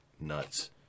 nuts